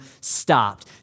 stopped